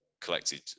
collected